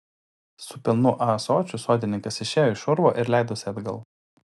su pilnu ąsočiu sodininkas išėjo iš urvo ir leidosi atgal